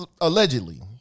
Allegedly